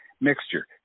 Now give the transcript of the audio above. mixture